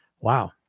Wow